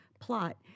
plot